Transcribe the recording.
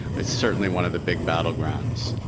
that's certainly one of the big battle grounds.